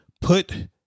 put